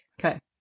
Okay